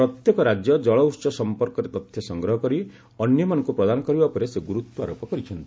ପ୍ରତ୍ୟେକ ରାଜ୍ୟ ଜଳଉହ ସମ୍ପର୍କରେ ତଥ୍ୟ ସଂଗ୍ରହ କରି ଅନ୍ୟମାନଙ୍କୁ ଏହା ପ୍ରଦାନ କରିବା ଉପରେ ସେ ଗୁରୁତ୍ୱାରୋପ କରିଛନ୍ତି